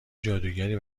جادوگری